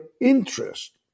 interest